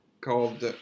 Called